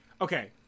okay